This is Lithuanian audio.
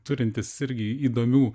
turintis irgi įdomių